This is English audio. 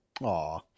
Aw